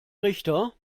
richter